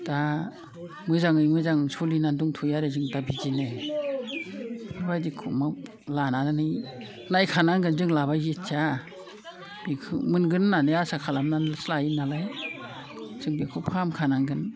दा मोजाङै मोजां सोलिनानै दंथयो आरो जों दा बिदिनो बेफोरबायदि अमा लानानै नायखानांगोन जों लाबाय जेथिया बेखौ मोनगोन होननानै आसा खालामनानैसो लायो नालाय जों बेखौ फाहामखानांगोन